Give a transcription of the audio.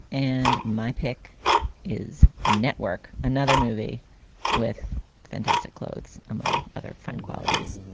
and my pick is network, another movie with fantastic clothes, among other fine qualities